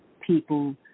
people